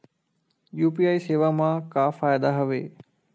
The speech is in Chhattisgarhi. यू.पी.आई सेवा मा का फ़ायदा हवे?